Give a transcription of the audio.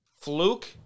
Fluke